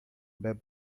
bebe